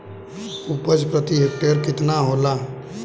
उपज प्रति हेक्टेयर केतना होला?